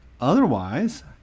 otherwise